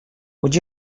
would